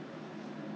Taiwan is